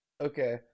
Okay